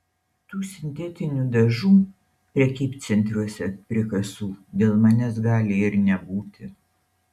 tų sintetinių dažų prekybcentriuose prie kasų dėl manęs gali ir nebūti